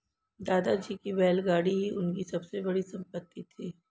दादाजी की बैलगाड़ी ही उनकी सबसे बड़ी संपत्ति थी